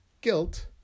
Guilt